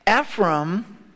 Ephraim